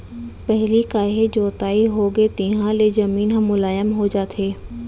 पहिली काहे जोताई होगे तिहाँ ले जमीन ह मुलायम हो जाथे